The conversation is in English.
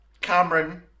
Cameron